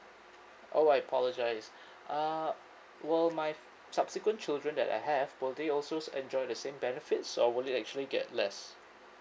oh I apologize uh will my f~ subsequent children that I have will they also s~ enjoy the same benefits or would it actually get less